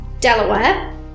Delaware